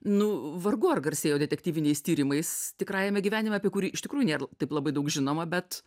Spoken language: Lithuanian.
nu vargu ar garsėjo detektyviniais tyrimais tikrajame gyvenime apie kurį iš tikrųjų nėr taip labai daug žinoma bet